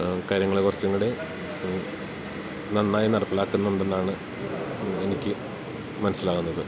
കാര്യങ്ങൾ കുറച്ചും കൂടി നന്നായി നടപ്പിലാക്കുന്നുണ്ട് എന്നാണ് എനിക്ക് മനസ്സിലാകുന്നത്